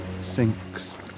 sinks